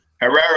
Herrera